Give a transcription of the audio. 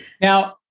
Now